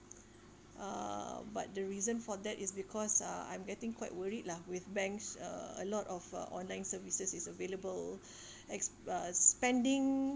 uh but the reason for that is because uh I'm getting quite worried lah with banks uh a lot of uh online services is available ex~ uh spending